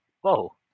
whoa